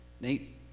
Nate